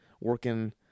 working